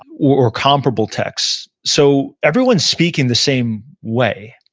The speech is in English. or comparable texts, so everyone's speaking the same way,